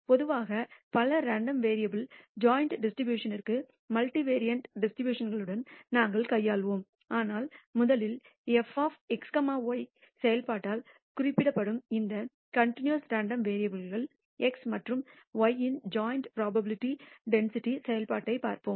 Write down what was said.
பொதுவாக பல ரேண்டம் வேரியபுல்களின் ஜாயிண்ட் டிஸ்ட்ரிபூஷணனின்ற்கு மல்டிவெறியேட் டிஸ்ட்ரிபியூஷன்களுடன் நாங்கள் கையாள்வோம் ஆனால் முதலில் f x y செயல்பாட்டால் குறிக்கப்படும் இரண்டு கன்டினியஸ் ரேண்டம் வேரியபுல்கள் x மற்றும் y இன் ஜாயிண்ட் புரோபாபிலிடி டென்சிட்டி செயல்பாட்டைப் பார்ப்போம்